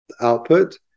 output